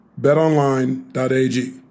BetOnline.ag